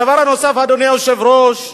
הדבר הנוסף, אדוני היושב-ראש,